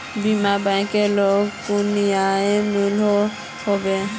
बिना बैंकेर लोन कुनियाँ मिलोहो होबे?